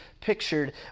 pictured